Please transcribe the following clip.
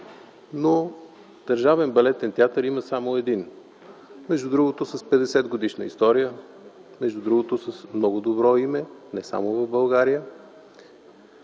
но Държавният балетен театър е само един, между другото с 50-годишна история, между другото с много добро име не само в България.